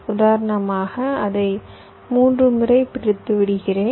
உதாரணமாக அதை 3 முறை பிரித்து விடுகிறேன்